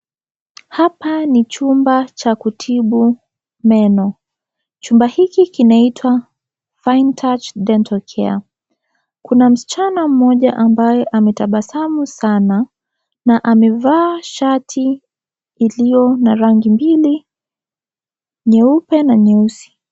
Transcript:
Hapa ni chumba cha kutibu meno, chumba hiki kinaitwa fine touch dental care ,kuna msichana mmoja ambaye ametabasamu sana na amevaa shati iliyo na rangi mbili nyeupe na nyeusi.